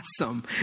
awesome